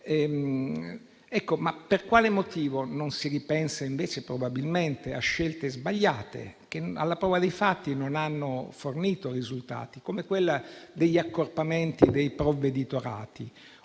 piccole. Per quale motivo non si ripensa, invece, a scelte probabilmente sbagliate che, alla prova dei fatti, non hanno fornito risultati, come quella degli accorpamenti dei provveditorati?